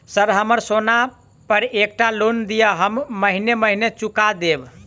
Sir हमरा सोना पर एकटा लोन दिऽ हम महीने महीने चुका देब?